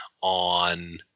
on